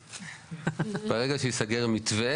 ברגע שייסגר מתווה,